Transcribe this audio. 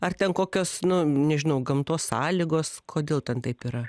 ar ten kokios nu nežinau gamtos sąlygos kodėl ten taip yra